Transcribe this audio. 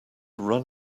run